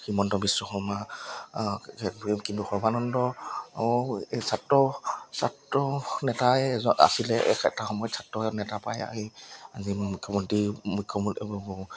হিমন্ত বিশ্ব শৰ্মা কিন্তু সৰ্বানন্দও ছাত্ৰ ছাত্ৰ নেতাই এজন আছিলে এক এটা সময়ত ছাত্ৰ নেতা পাই আহি আজি মুখ্যমন্ত্ৰী মুখ্যমন্ত্ৰী